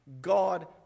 God